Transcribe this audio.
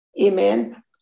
amen